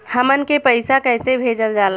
हमन के पईसा कइसे भेजल जाला?